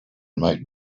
might